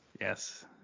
Yes